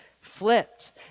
flipped